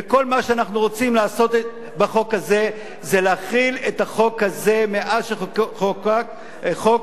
וכל מה שאנחנו רוצים לעשות בחוק הזה זה להחיל את החוק הזה מאז שחוקק חוק